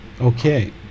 Okay